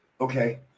Okay